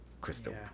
Crystal